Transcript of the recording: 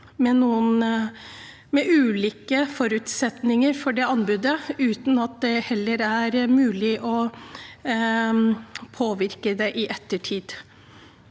med ulike forutsetninger for anbudet, uten at det er mulig å påvirke det i ettertid.